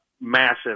massive